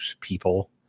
people